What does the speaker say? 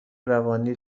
روانی